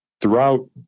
Throughout